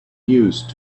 used